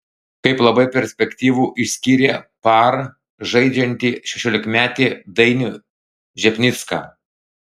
kaip labai perspektyvų išskyrė par žaidžiantį šešiolikmetį dainių žepnicką